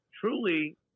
truly